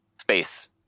space